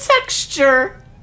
texture